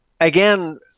again